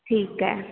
ठीकु आहे